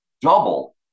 double